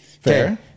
Fair